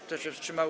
Kto się wstrzymał?